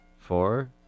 Four